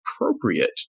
appropriate